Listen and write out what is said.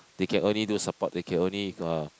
they can only do support they can only uh